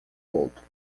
outro